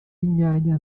inyanya